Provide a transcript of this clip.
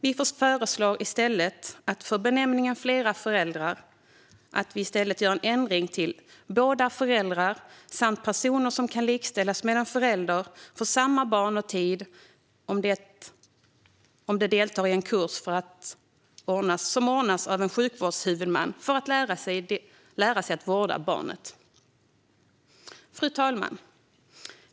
Vi föreslår en ändring från "flera föräldrar" till "båda föräldrarna, samt personer som kan likställas med en förälder för samma barn och tid" om de deltar i en kurs som ordnas av en sjukvårdshuvudman för att lära sig att vårda barnet. Fru talman!